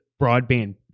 broadband